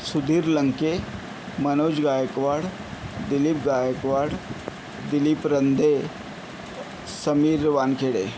Sudhir Lanke Manoj Gaikwad Dilip Gaikwad Dilip Randhe Sameer Wankhede